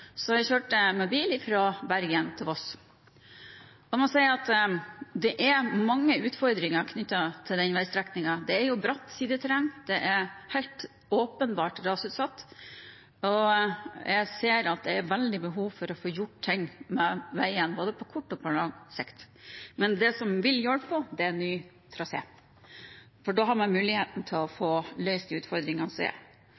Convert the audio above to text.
så jeg kjørte med bil fra Bergen til Voss. Jeg må si at det er mange utfordringer knyttet til denne veistrekningen. Det er bratt sideterreng, det er helt åpenbart rasutsatt, og jeg ser at det er et veldig behov for å få gjort noe med veien både på kort og på lang sikt. Men det som vil hjelpe på, er ny trasé, for da har man muligheten til å